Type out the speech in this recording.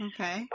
Okay